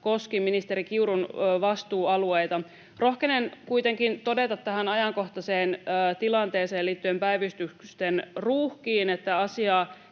koski ministeri Kiurun vastuualueita. Rohkenen kuitenkin todeta tähän ajankohtaiseen tilanteeseen liittyen päivystysten ruuhkiin, että asiaa